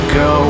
go